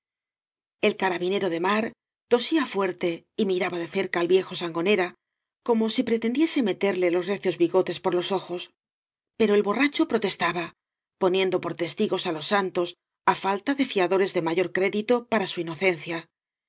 el carabinero de mar tosía fuerte y miraba de cerca al viejo sangonera como si pretendiese meterle los recios bigotes por los ojos pero el borracho protestaba poniendo por testigos á los santos á falta de fiadores de mayor crédito para su inocencia